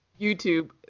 YouTube